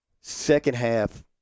second-half